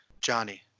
Johnny